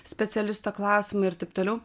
specialisto klausimai ir taip toliau